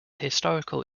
historical